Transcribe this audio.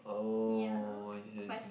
oh I see I see